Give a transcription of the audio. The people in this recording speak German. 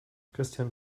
christian